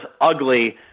ugly